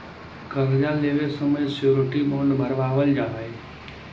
कर्जा लेवे समय श्योरिटी बॉण्ड भरवावल जा हई